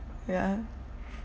yeah